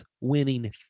winning